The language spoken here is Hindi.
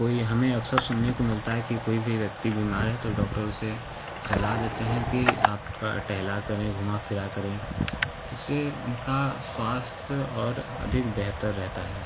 कोई हमें अक्सर सुनने को मिलता है की कोई व्यक्ति बीमार है तो डॉक्टर उसे सलाह देते हैं की आप थोड़ा टहला करें घूमा फिरा करें जिससे उनका स्वास्थ्य और अधिक बेहतर रहता है